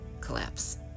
collapse